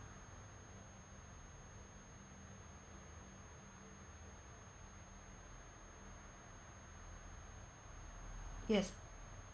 yes